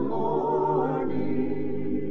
morning